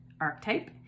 archetype